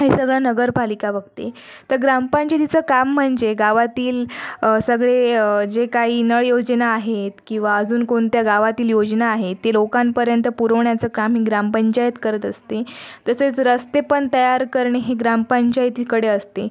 हे सगळं नगरपालिका बघते तर ग्रामपंचायतीचं काम म्हणजे गावातील सगळे जे काही नळ योजना आहेत किंवा अजून कोणत्या गावातील योजना आहे ते लोकांपर्यंत पुरवण्याचं काम ग्रामपंचायत करत असते तसेच रस्ते पण तयार करणे हे ग्रामपंचायतीकडे असते